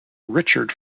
richard